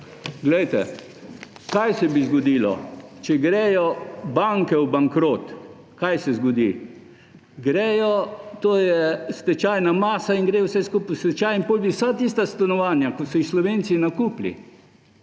Poglejte, kaj se bi zgodilo. Če gredo banke v bankrot, kaj se zgodi? To je stečajna masa in gre vse skupaj v stečaj. In potem bi vsa tista stanovanja, ki so jih Slovenci nakupili,